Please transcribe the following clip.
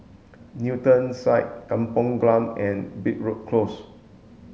Newton Suites Kampong Glam and Broadrick Close